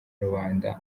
rubanda